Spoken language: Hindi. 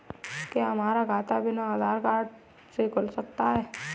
क्या हमारा खाता बिना आधार कार्ड के खुल सकता है?